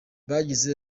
yagize